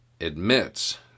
admits